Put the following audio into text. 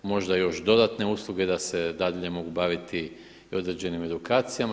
Možda još dodatne usluge da se dalje mogu baviti i određenim edukacijama.